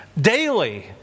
daily